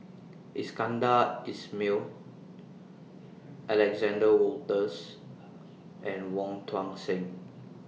Iskandar Ismail Alexander Wolters and Wong Tuang Seng